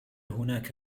هناك